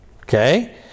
okay